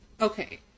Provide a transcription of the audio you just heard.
Okay